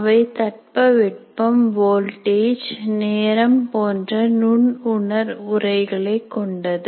அவை தட்பவெப்பம் வோல்டேஜ் நேரம் போன்ற நுண்உணர் வரைகூறுகள் கொண்டது